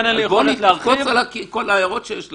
אז בואו לא נקפוץ עם כל ההערות שיש לנו.